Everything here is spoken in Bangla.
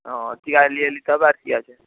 ও ঠিক আছে নিয়ে নিতে হবে আর কি আছে